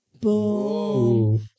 Boom